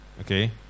Okay